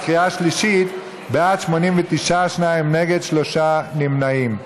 בקריאה שלישית: בעד, 89, שניים נגד, שלושה נמנעים.